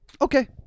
Okay